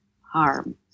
harm